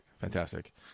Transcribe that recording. Fantastic